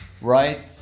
right